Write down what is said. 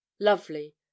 lovely